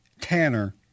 Tanner